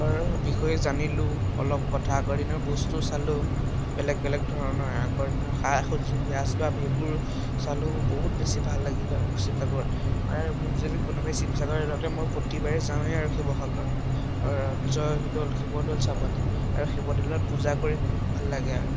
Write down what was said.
বিষয়ে জানিলোঁ অলপ কথা আগৰ দিনৰ বস্তু চালোঁ বেলেগ বেলেগ ধৰণৰ আগৰ দিনৰ সা সঁজুলি আচবাব সেইবোৰ চালোঁ বহুত বেছি ভাল লাগিল আৰু শিৱসাগৰ আৰু মোক যদি কোনোবাই শিৱসাগৰ মই প্ৰতিবাৰেই যাওঁৱেই আৰু শিৱসাগৰৰ জয়দৌল শিৱদৌল চাবলে আৰু শিৱদৌলত পূজা কৰি বহুত ভাল লাগে আৰু